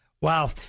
Wow